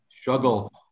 struggle